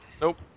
Nope